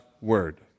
Word